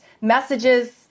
messages